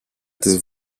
της